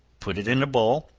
put it in a bowl,